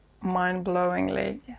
mind-blowingly